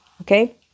okay